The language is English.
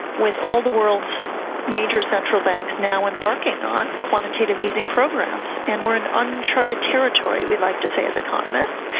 with all the world's major central banks now embarking on quantitative easing programs, and we are in uncharted territory, we like to say as economists,